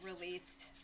released